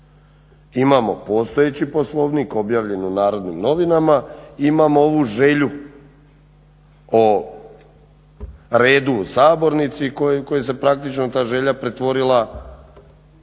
imamo postojeći Poslovnik objavljen u NN i imamo ovu želju o redu u sabornici koji se praktično ta želja pretvorila